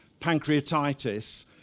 pancreatitis